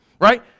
right